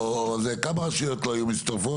כמה רשויות לא היו מצטרפות?